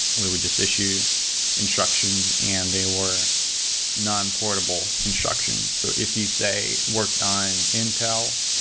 we would just issue instructions and they were non-portable instructions. so if you say worked on intel,